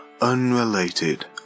Unrelated